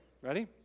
Ready